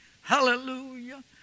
hallelujah